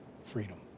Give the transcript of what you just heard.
freedom